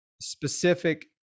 specific